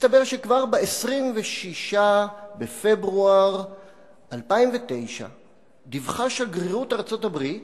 מסתבר שכבר ב-26 בפברואר 2009 דיווחה שגרירות ארצות-הברית